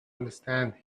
understand